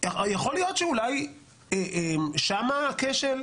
יכול להיות שאולי שם הכשל?